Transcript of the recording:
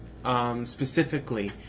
Specifically